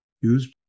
use